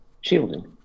shielding